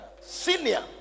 senior